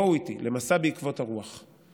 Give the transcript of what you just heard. בואו איתי למסע בעקבות הרוח,